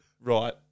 right